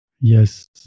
Yes